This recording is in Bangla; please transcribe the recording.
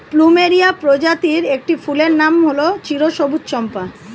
প্লুমেরিয়া প্রজাতির একটি ফুলের নাম হল চিরসবুজ চম্পা